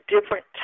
different